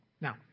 Now